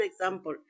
example